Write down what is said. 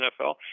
NFL